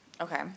Okay